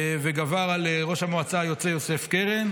וגבר על ראש המועצה היוצא יוסף קרן.